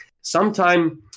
sometime